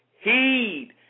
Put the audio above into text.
Heed